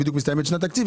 שבדיוק מסתיימת שנת תקציב,